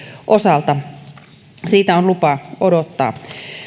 osalta siitä on lupa odottaa